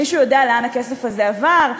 מישהו יודע לאן הכסף הזה עבר?